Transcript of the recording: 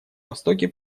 востоке